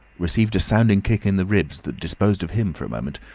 received a sounding kick in the ribs that disposed of him for a moment,